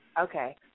Okay